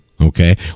okay